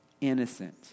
innocent